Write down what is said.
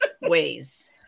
ways